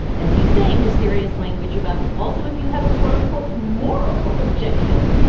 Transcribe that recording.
as you say, mysterious language about also if you have a quote unquote, moral objection.